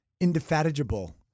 indefatigable